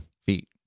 feet